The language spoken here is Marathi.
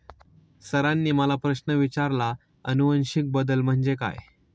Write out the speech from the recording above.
सरांनी मला प्रश्न विचारला आनुवंशिक बदल म्हणजे काय?